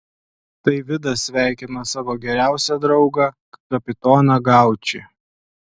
tai vidas sveikina savo geriausią draugą kapitoną gaučį